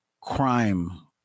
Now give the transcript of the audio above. crime